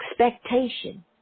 expectation